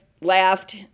laughed